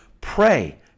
pray